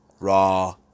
Raw